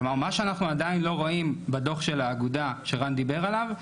כלומר מה שאנחנו עדיין לא רואים בדוח של האגודה שרן דיבר עליו,